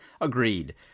Agreed